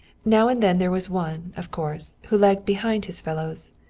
now and then there was one, of course, who lagged behind his fellows,